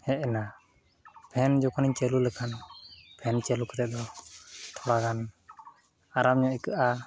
ᱦᱮᱡ ᱮᱱᱟ ᱯᱷᱮᱱ ᱡᱚᱠᱷᱚᱱᱤᱧ ᱪᱟᱹᱞᱩ ᱞᱮᱠᱷᱟᱱ ᱯᱷᱮᱱ ᱪᱟᱹᱞᱩ ᱠᱟᱛᱮᱫ ᱫᱚ ᱛᱷᱚᱲᱟᱜᱟᱱ ᱟᱨᱟᱢᱮ ᱟᱹᱭᱠᱟᱹᱜᱼᱟ